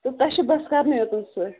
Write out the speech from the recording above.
تہٕ تۄہہِ چھَو بَس کَرنُے یوٚت سُہ